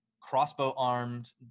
crossbow-armed